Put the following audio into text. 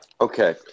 okay